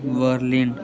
Berlin